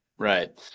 Right